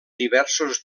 diversos